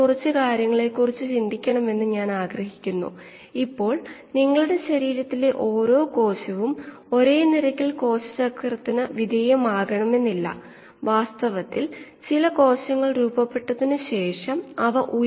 അതിനെക്കുറിച്ച് അൽപ്പം ചിന്തിക്കുക ഓരോ പ്രോസസ്സിനും പ്രക്രിയയും ഓരോ റിയാക്റ്റർ വോള്യങ്ങളുടെ വ്യാഖ്യാനത്തിൽ ശരി ആകുന്നുണ്ടോ എന്ന് നോക്കുക